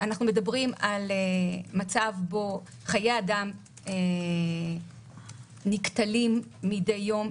אנחנו מדברים על מצב שבו חיי אדם נקטלים מידי יום,